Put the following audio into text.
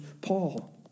Paul